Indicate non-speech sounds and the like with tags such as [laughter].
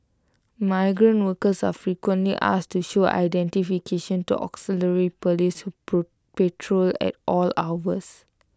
migrant workers are frequently asked to show identification to auxiliary Police [unintelligible] patrol at all hours